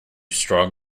strong